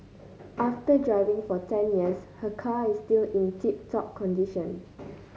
after driving for ten years her car is still in tip top condition